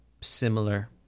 similar